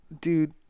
dude